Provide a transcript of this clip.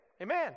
Amen